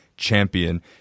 Champion